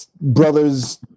brothers